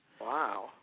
Wow